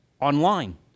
Online